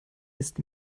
ist